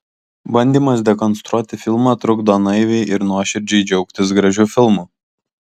bandymas dekonstruoti filmą trukdo naiviai ir nuoširdžiai džiaugtis gražiu filmu